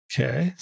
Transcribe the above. Okay